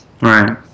Right